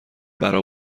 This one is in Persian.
برا